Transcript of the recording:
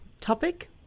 topic